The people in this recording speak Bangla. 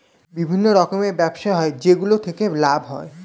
বিভিন্ন রকমের ব্যবসা হয় যেগুলো থেকে লাভ হয়